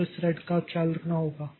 तो इस थ्रेड का ख्याल रखना होगा